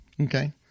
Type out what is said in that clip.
Okay